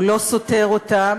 הוא לא סותר אותם.